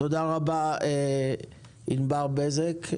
תודה רבה, ענבר בזק.